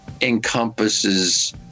encompasses